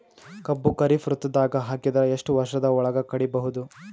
ಕಬ್ಬು ಖರೀಫ್ ಋತುದಾಗ ಹಾಕಿದರ ಎಷ್ಟ ವರ್ಷದ ಒಳಗ ಕಡಿಬಹುದು?